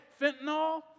fentanyl